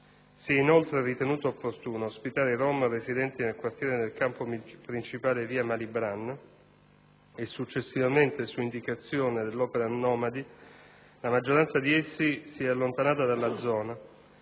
Si è inoltre ritenuto opportuno ospitare i rom residenti nel quartiere nel campo principale di via Malibran e, successivamente, su indicazione dell'Opera nomadi, la maggioranza di essi si è allontanata dalla zona